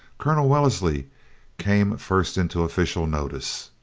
colonel wellesley came first into official notice.